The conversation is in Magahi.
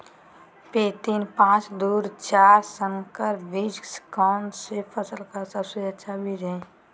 पी तीन पांच दू चार संकर बीज कौन सी फसल का सबसे अच्छी बीज है?